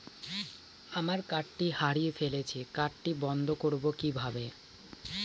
আমার কার্ডটি হারিয়ে ফেলেছি কার্ডটি বন্ধ করব কিভাবে?